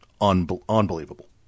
unbelievable